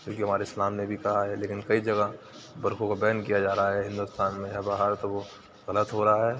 کیونکہ ہمارے اسلام نے بھی کہا ہے لیکن کئی جگہ برقعوں کو بین کیا جا رہا ہے ہندوستان میں یا باہر تو وہ غلط ہو رہا ہے